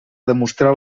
demostrar